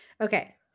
Okay